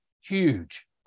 huge